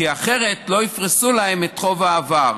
כי אחרת לא יפרסו להם את חוב העבר.